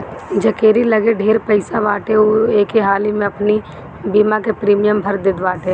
जकेरी लगे ढेर पईसा बाटे उ एके हाली में अपनी बीमा के प्रीमियम भर देत बाटे